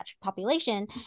population